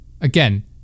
Again